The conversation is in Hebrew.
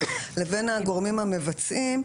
לבין הגורמים המבצעים.